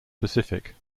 pacific